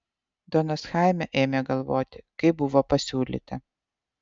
donas chaime ėmė galvoti kaip buvo pasiūlyta